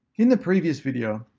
in the previous video,